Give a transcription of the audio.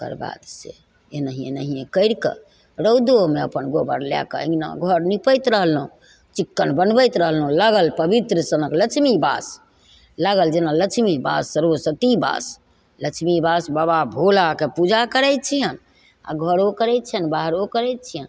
तकरबाद से एनाहिये एनाहिये करि कऽ रौदोमे अपन गोबर लए कऽ अँगना घर निपैत रहलहुँ चिक्कन बनबैत रहलहुँ लागल पवित्र सनक लक्ष्मी बास लागल जेना लक्ष्मी बास सरस्वती बास लक्ष्मी बास बाबा भोलाके पूजा करय छियनि आओर घरो करय छियनि बाहरो करय छियनि